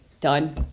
done